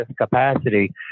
capacity